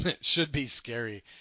should-be-scary